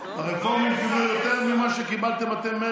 הרפורמים קיבלו יותר ממה שקיבלתם אתם,